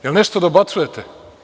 Jel nešto dobacujete?